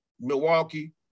Milwaukee